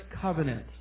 covenant